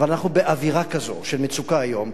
אבל אנחנו באווירה כזאת של מצוקה היום,